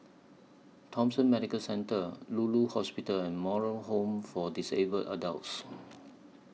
Thomson Medical Centre Lulu Hospital and Moral Home For Disabled Adults